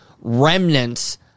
remnants